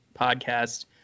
podcast